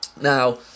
Now